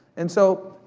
and so,